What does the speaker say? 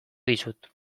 dizut